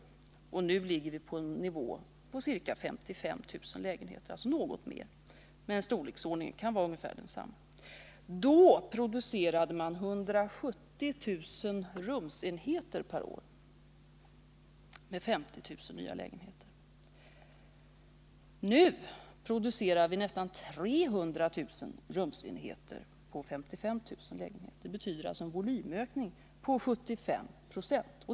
Nu ligger motsvarande siffra på ca 55 000 lägenheter — alltså något mer, men storleksordningen är ungefär densamma. Då producerade man 170 000 rumsenheter på 50000 nya lägenheter per år. Nu producerar vi nästan 300 000 rumsenheter på 55 000 lägenheter per år. Det betyder en volymökning på 75 96.